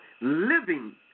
living